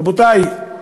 רבותי,